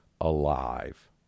alive